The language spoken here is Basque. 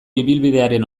ibilbidearen